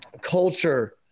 culture